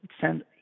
send